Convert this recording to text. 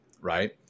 right